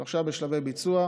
עכשיו זה בשלבי ביצוע.